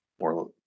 more